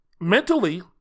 mentally